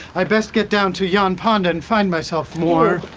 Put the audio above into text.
i best get down to yon pond and find myself more.